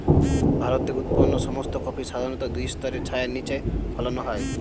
ভারতে উৎপন্ন সমস্ত কফি সাধারণত দুই স্তরের ছায়ার নিচে ফলানো হয়